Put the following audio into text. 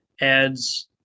adds